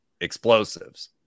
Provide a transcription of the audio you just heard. explosives